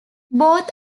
both